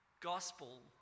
gospel